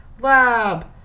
lab